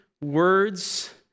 words